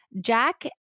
Jack